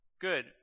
Good